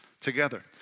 together